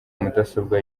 mudasobwa